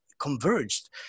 converged